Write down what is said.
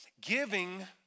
Giving